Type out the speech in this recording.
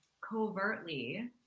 covertly